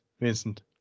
Vincent